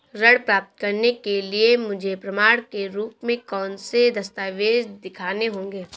ऋण प्राप्त करने के लिए मुझे प्रमाण के रूप में कौन से दस्तावेज़ दिखाने होंगे?